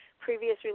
previous